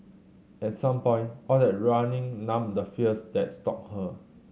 at some point all that running numbed the fears that stalked her